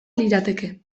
lirateke